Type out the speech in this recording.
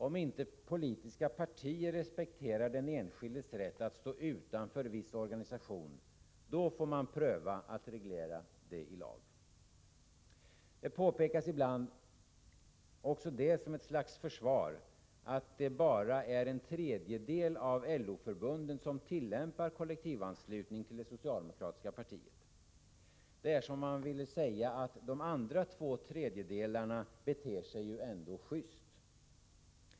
Om inte politiska partier respekterar den enskildes rätt att stå utanför viss organisation, då får man pröva att reglera det i lag. Det påpekas ibland — också det som ett slags försvar — att det bara är en tredjedel av LO-förbunden som tillämpar kollektivanslutning till det socialdemokratiska partiet. Det är som om man ville säga att de andra två tredjedelarna ändå beter sig just.